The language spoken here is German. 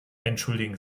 entschuldigen